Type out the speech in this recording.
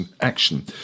action